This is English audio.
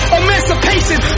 emancipation